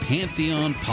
Pantheon